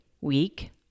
week